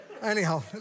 Anyhow